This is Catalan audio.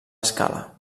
escala